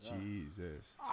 Jesus